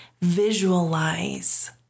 Visualize